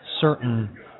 certain